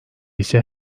ise